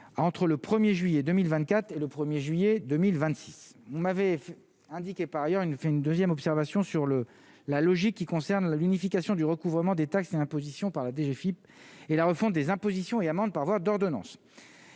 entre le 1er juillet 2024 et le 1er juillet 2026, vous m'avez indiqué par ailleurs une fin, une deuxième observation sur le la logique qui concerne la l'unification du recouvrement des taxes et impositions par la DGFIP et la refonte des impositions et amendes par voie d'ordonnance